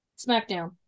SmackDown